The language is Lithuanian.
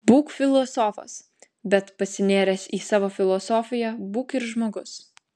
būk filosofas bet pasinėręs į savo filosofiją būk ir žmogus